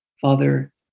Father